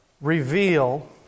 reveal